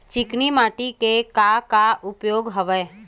चिकनी माटी के का का उपयोग हवय?